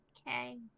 Okay